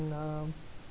in um